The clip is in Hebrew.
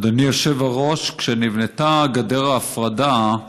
אדוני היושב-ראש, כשנבנתה גדר ההפרדה,